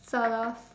sort of